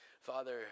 Father